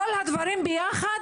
כל הדברים יחד,